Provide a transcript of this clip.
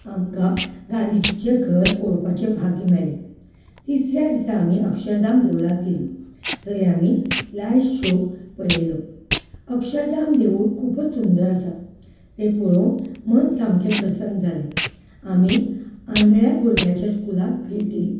आमकां गांधिजीचें घर पळोवपाचें भाग्य मेळ्ळें तिसऱ्या दिसा आमी अक्षरधाम देवळांत गेलीं थंय आमी लायट शो पळयलो अक्षरधाम देवूळ खूब सुंदर आसा तें पळोवन मन सामकें प्रसन्न जालें आमी आंधळ्या भुरग्यांच्या स्कुलाक भेट दिली